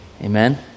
Amen